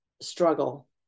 struggle